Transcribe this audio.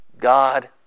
God